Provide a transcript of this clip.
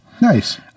Nice